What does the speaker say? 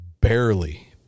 barely